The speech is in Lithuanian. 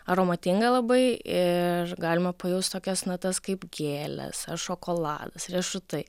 aromatinga labai ir galima pajaust tokias natas kaip gėlės šokoladas riešutai